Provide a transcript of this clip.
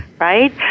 right